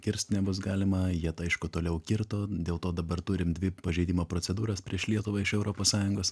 kirst nebus galima jie tą aišku toliau kirto dėl to dabar turim dvi pažeidimo procedūras prieš lietuvą iš europos sąjungos